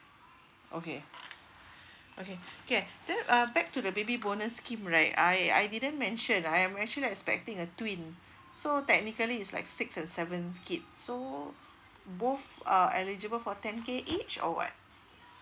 okay okay okay then uh back to the baby bonus scheme right I I didn't mention I am actually expecting a twin so technically is like six and seven kids so both uh eligible for ten K each or what